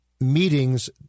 Meetings